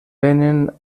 venen